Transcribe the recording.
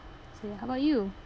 how about you